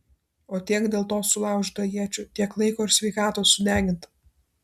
o tiek dėl to sulaužyta iečių tiek laiko ir sveikatos sudeginta